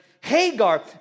Hagar